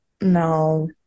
no